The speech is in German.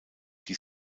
die